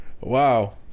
Wow